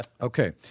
okay